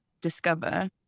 discover